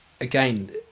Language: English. Again